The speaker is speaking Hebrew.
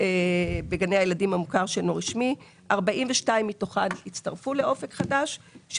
בגני הילדים המוכר שאינו רשמי כאשר 42 מתוכן הצטרפו לאופק חדש,